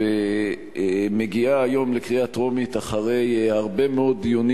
והיא מגיעה היום לקריאה טרומית אחרי הרבה מאוד דיונים